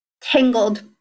tangled